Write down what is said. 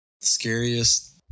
Scariest